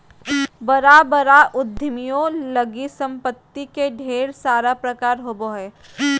बड़ा बड़ा उद्यमियों लगी सम्पत्ति में ढेर सारा प्रकार होबो हइ